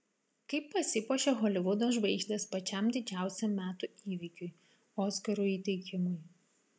kaip pasipuošia holivudo žvaigždės pačiam didžiausiam metų įvykiui oskarų įteikimui